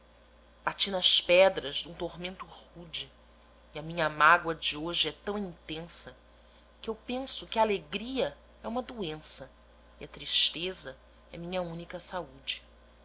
bati nas pedras dum tormento rude e a minha mágoa de hoje é tão intensa que eu penso que a alegria é uma doença e a tristeza é minha única saúde